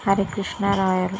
Harikrishna Rayalu